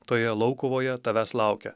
toje laukuvoje tavęs laukia